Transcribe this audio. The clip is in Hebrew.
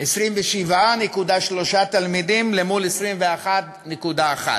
27.3 תלמידים מול 21.1,